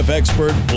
expert